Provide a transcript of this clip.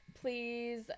please